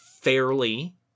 fairly